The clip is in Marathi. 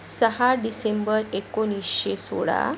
सहा डिसेंबर एकोणिसशे सोळा